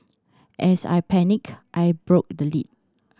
as I panicked I broke the lid